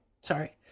sorry